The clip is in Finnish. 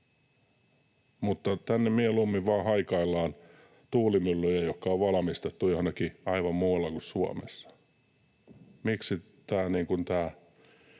tänne mieluummin vain haikaillaan tuulimyllyjä, jotka on valmistettu jossakin aivan muualla kuin Suomessa.